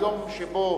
ביום שבו